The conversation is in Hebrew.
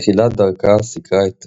בתחילת דרכה סיקרה את